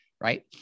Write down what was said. right